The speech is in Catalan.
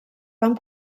vam